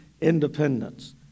independence